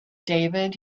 david